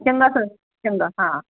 ਚੰਗਾ ਸਰ ਚੰਗਾ ਹਾਂ